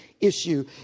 issue